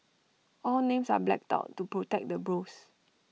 all names are blacked out to protect the bros